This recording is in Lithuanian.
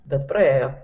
bet praėjo